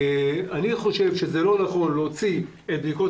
אני חושב שלא נכון להוציא את בדיקות